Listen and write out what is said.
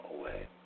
away